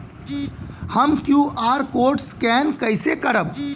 हम QR code scan कइसे करब?